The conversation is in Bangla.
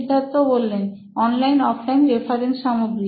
সিদ্ধার্থ অনলাইন অফলাইন রেফারেন্স সামগ্রী